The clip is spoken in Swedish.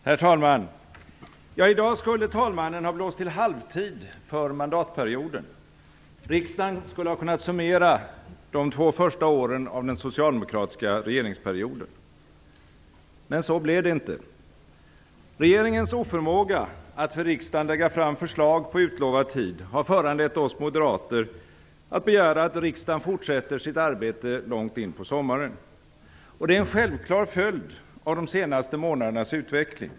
Herr talman! I dag skulle talmannen ha blåst till halvtid för mandatperioden. Riksdagen skulle ha kunnat summera de två första åren av den socialdemokratiska regeringsperioden. Men så blev det inte. Regeringens oförmåga att för riksdagen lägga fram förslag på utlovad tid har föranlett oss moderater att begära att riksdagen fortsätter sitt arbete långt in på sommaren. Det är en självklar följd av de senaste månadernas utveckling.